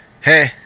Hey